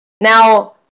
Now